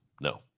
No